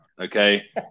Okay